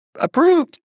approved